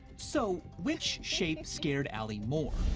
so which shape scared alie more?